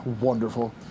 Wonderful